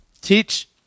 teach